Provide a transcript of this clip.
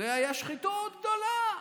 זו הייתה שחיתות גדולה.